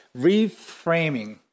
reframing